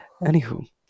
Anywho